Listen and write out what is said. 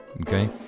okay